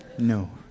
No